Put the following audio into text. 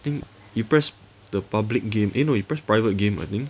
think you press the public game eh no you press private game I think